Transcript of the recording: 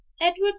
Edward